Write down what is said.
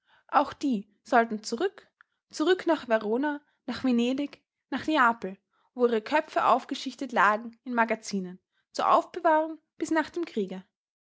auch die sollten zurück zurück nach verona nach venedig nach neapel wo ihre köpfe aufgeschichtet lagen in magazinen zur aufbewahrung bis nach dem kriege